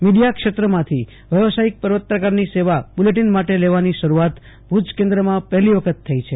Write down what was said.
media ક્ષેત્રમાંથી વ્યવસાયિક પત્રકારની સેવા બુલેટિન માટે લેવાની શરૂઆત ભુજ કેન્દ્રમાં પહેલી વખત થઈ છે